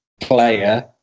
player